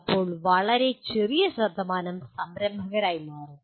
അപ്പോൾ വളരെ ചെറിയ ശതമാനം സംരംഭകരായി മാറും